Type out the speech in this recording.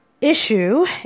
issue